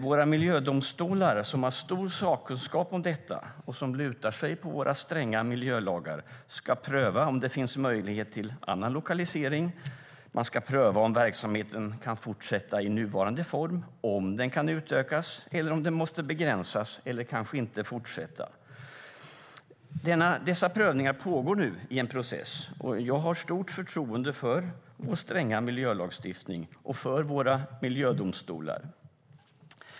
Våra miljödomstolar, som har stor sakkunskap om detta och som lutar sig på våra stränga miljölagar, ska pröva om det finns möjlighet till annan lokalisering. Man ska pröva om verksamheten kan fortsätta i nuvarande form, om den kan utökas eller om den måste begränsas eller kanske inte fortsätta. Dessa prövningar pågår nu i en process, och jag har stort förtroende för vår stränga miljölagstiftning och för våra miljödomstolar.